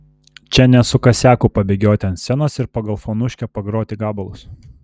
čia ne su kasiaku pabėgioti ant scenos ir pagal fonuškę pagroti gabalus